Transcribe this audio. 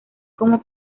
como